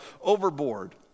overboard